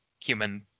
human